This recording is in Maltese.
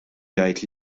jgħid